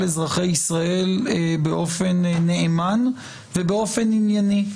אזרחי ישראל באופן נאמן ובאופן ענייני,